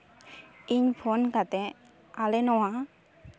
ᱤᱧ ᱯᱷᱳᱱ ᱠᱟᱛᱮ ᱟᱞᱮ ᱱᱚᱣᱟ